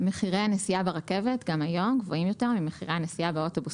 מחירי הנסיעה ברכבת גם היום גבוהים יותר ממחירי הנסיעה באוטובוס.